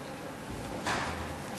שלוש דקות.